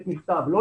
יש לנו